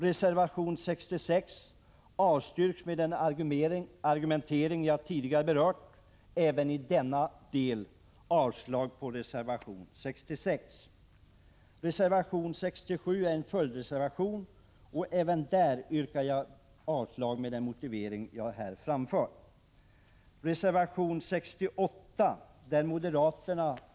Reservation 66 avstyrks med de argument jag tidigare har berört. Jag yrkar därför avslag på reservation 66 även i denna del. Reservation nr 67 är en följdreservation, och även där yrkar jag avslag med den motivering jag tidigare har framfört.